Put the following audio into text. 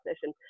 session